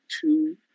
two